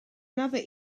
another